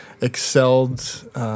excelled